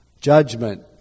Judgment